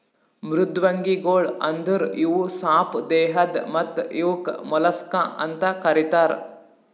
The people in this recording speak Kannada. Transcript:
ಮೃದ್ವಂಗಿಗೊಳ್ ಅಂದುರ್ ಇವು ಸಾಪ್ ದೇಹದ್ ಮತ್ತ ಇವುಕ್ ಮೊಲಸ್ಕಾ ಅಂತ್ ಕರಿತಾರ್